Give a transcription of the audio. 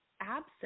absent